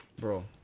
Bro